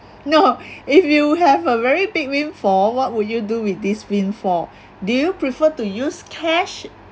no if you have a very big windfall what would you do with this windfall do you prefer to use cash